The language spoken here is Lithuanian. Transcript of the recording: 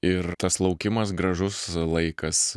ir tas laukimas gražus laikas